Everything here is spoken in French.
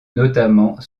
notamment